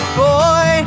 boy